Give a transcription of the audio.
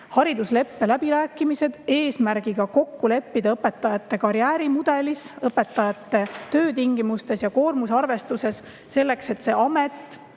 haridusleppe läbirääkimised eesmärgiga kokku leppida õpetajate karjäärimudelis, õpetajate töötingimustes ja koormuse arvestuses, selleks et see amet